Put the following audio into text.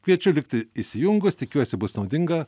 kviečiu likti įsijungus tikiuosi bus naudinga